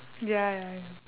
ya ya ya